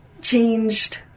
changed